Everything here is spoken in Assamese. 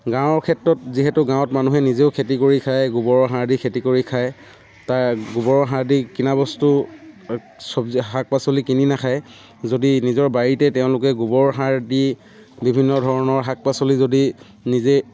গাঁৱৰ ক্ষেত্ৰত যিহেতু গাঁৱত মানুহে নিজেও খেতি কৰি খাই গোবৰৰ সাৰ দি খেতি কৰি খায় তাৰ গোবৰ সাৰ দি কিনা বস্তু চব্জি শাক পাচলি কিনি নেখাই যদি নিজৰ বাৰীতে তেওঁলোকে গোবৰ সাৰ দি বিভিন্ন ধৰণৰ শাক পাচলি যদি নিজে